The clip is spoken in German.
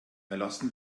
erlassen